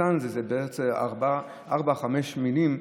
הקטן הזה, זה יוצא ארבע או חמש מילים,